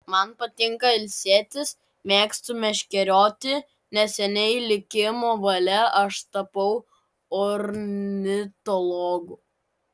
man patinka ilsėtis mėgstu meškerioti neseniai likimo valia aš tapau ornitologu